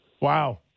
Wow